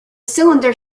cylinder